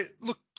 look